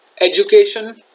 education